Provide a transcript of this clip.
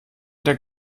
der